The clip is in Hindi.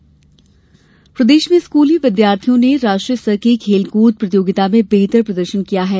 स्कूल खेल प्रदेश में स्कूली विद्यार्थियों ने राष्ट्रीय स्तर की खेलकूद प्रतियोगिता में बेहतर प्रदर्शन किया है